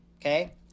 Okay